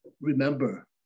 remember